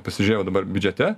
pasižiūrėjau dabar biudžete